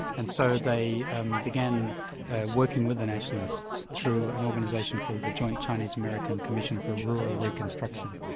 and so they and began working with the nationalists through an organisation called the joint chinese-american commission for rural reconstruction,